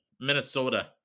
Minnesota